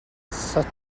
such